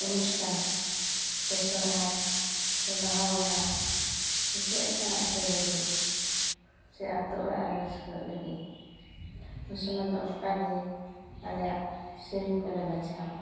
ᱚᱱᱩᱥᱴᱟᱱ ᱥᱮ ᱥᱚᱨᱦᱟᱭ ᱥᱮ ᱵᱟᱦᱟ ᱵᱚᱸᱜᱟ ᱪᱮᱫ ᱞᱮᱠᱟᱱᱟᱜ ᱪᱚ ᱦᱤᱡᱩᱜ ᱥᱮ ᱟᱹᱛᱳ ᱚᱲᱟᱜ ᱨᱮ ᱨᱟᱹᱥᱠᱟᱹᱜ ᱞᱟᱹᱜᱤᱫ ᱩᱱᱥᱚᱢᱚᱭ ᱫᱚ ᱚᱱᱠᱟᱜᱮ ᱟᱞᱮᱭᱟᱜ ᱥᱤᱨᱤᱧ ᱠᱚᱞᱮ ᱵᱟᱪᱷᱟᱣᱟ